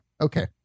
okay